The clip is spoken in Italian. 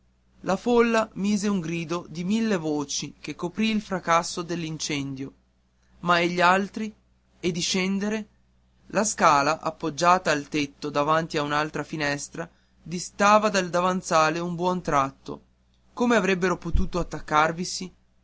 la folla mise un grido di mille voci che coprì il fracasso dell'incendio ma e gli altri e discendere la scala appoggiata al tetto davanti a un'altra finestra distava dal davanzale un buon tratto come avrebbero potuto attaccarvisi